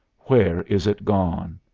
where is it gone?